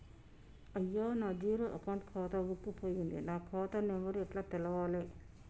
అయ్యా నా zero account ఖాతా బుక్కు పోయింది నా ఖాతా నెంబరు ఎట్ల తెలవాలే?